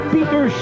Peter